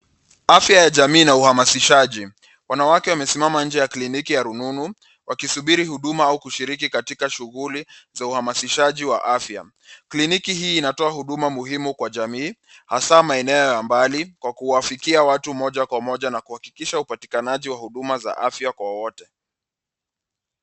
Afya ya jamii na uhamasishaji. Wanawake wamesimama nje ya kliniki ya rununu, wakisubiri huduma au kushiriki katika shughuli za uhamasishaji wa afya. Kliniki hii inatoa huduma muhimu kwa jamii, hasa maeneo ya mbali, kwa kuwafikia watu moja kwa moja na kuhakikisha upatikanaji wa huduma za afya Kwa wote.